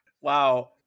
wow